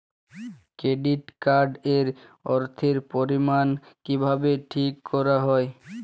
Credit card এর অর্থের পরিমান কিভাবে ঠিক করা হয়?